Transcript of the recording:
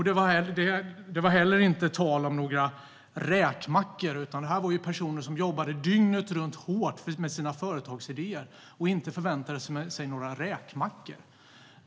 Det var inte heller tal om några räkmackor, utan dessa personer jobbar hårt dygnet runt med sina företagsidéer. De förväntar sig inte några räkmackor.